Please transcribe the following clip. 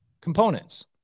components